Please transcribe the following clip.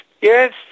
Yes